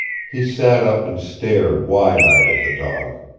he sat up and stared wide-eyed at the dog.